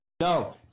No